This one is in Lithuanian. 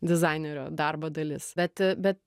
dizainerio darbo dalis bet bet